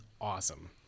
awesome